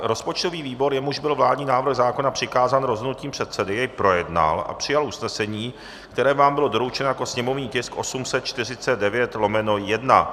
Rozpočtový výbor, jemuž byl vládní návrh zákona přikázán rozhodnutím předsedy, jej projednal a přijal usnesení, které vám bylo doručeno jako sněmovní tisk 849/1.